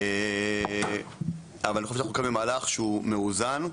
זהו מהלך שהוא מאוזן,